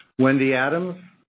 wendy adams?